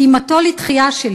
קימתו לתחייה,